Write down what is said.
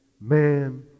Man